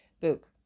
book